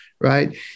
Right